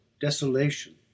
desolation